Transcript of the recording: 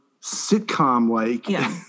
sitcom-like